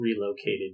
relocated